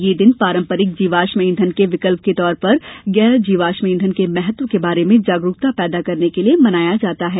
यह दिन पारम्परिक जीवाश्म ईंधन के विकल्प के तौर पर गैर जीवाश्म ईंधन के महत्व् के बारे में जागरूकता पैदा करने के लिए मनाया जाता है